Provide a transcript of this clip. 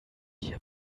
hier